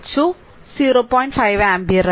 5 ampere